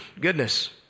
goodness